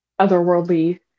otherworldly